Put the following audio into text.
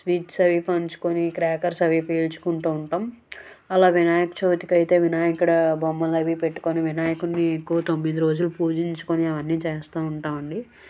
sweets అవి పంచుకుని crackers అవి పేల్చుకుంటూ ఉంటాం అలా వినాయకచవితికి అయితే వినాయకుడ బొమ్మలవి పెట్టుకుని వినాయకుణ్ణి ఓ తొమ్మిది రోజులు పూజించుకుని అవన్నీ చేస్తూ ఉంటామండి